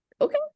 Okay